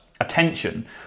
Attention